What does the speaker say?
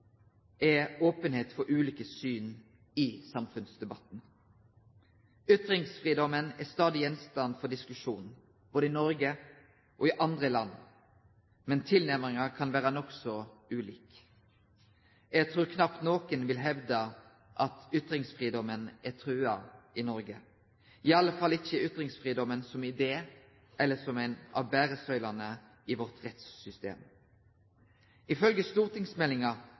er openheit for ulike syn i samfunnsdebatten. Ytringsfridomen er stadig gjenstand for diskusjon, både i Noreg og i andre land, men tilnærminga kan vere nokså ulik. Eg trur knapt nokon vil hevde at ytringsfridomen er trua i Noreg, i alle fall ikkje ytringsfridomen som idé eller som ei av beresøylene i vårt rettssystem. Ifølgje stortingsmeldinga